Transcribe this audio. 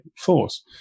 force